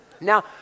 Now